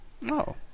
No